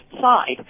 side